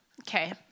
Okay